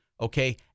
Okay